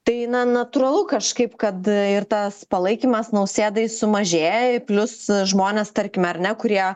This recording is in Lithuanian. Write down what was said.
tai na natūralu kažkaip kad ir tas palaikymas nausėdai sumažėja ir plius žmonės tarkime ar ne kurie